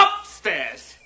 Upstairs